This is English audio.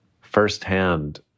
firsthand